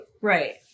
Right